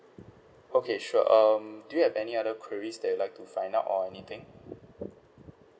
okay sure um do you have any other queries that you'd like to find out or anything